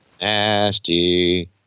Nasty